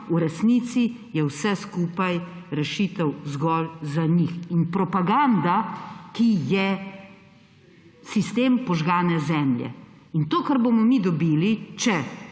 V resnici je vse skupaj rešitev zgolj za njih in propaganda, ki je sistem požgane zemlje. In to, kar bomo mi dobili, če